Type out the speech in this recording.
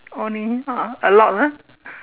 only uh a lot lah